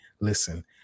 listen